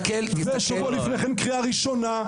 ושבוע לפני כן קריאה ראשונה.